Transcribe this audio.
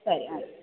ಸರಿ ಆಯಿತು